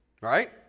right